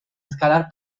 escalar